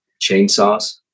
chainsaws